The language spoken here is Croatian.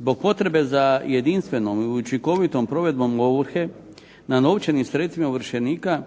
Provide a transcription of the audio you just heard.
Zbog potrebe za jedinstvenom i učinkovitom provedbom ovrhe, na novčanim sredstvima ovršenika